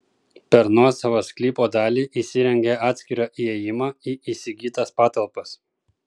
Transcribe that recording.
per nuosavą sklypo dalį įsirengė atskirą įėjimą į įsigytas patalpas